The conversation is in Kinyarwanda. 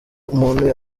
umuntu